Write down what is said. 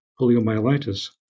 poliomyelitis